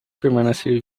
permanecer